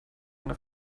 eine